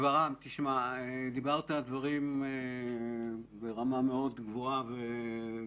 דיברת דברים ברמה מאוד גבוהה ובסדר.